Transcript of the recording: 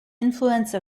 influence